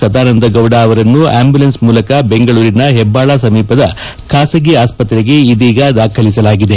ಸದಾನಂದಗೌಡ ಅವರನ್ನು ಆಂಬುಲೆನ್ಸ್ ಮೂಲಕ ಬೆಂಗಳೂರಿನ ಹೆಬ್ಬಾಳ ಸಮೀಪದಲ್ಲಿರುವ ಖಾಸಗಿ ಆಸ್ಪತ್ರೆಗೆ ಇದೀಗ ದಾಖಲಿಸಲಾಗಿದೆ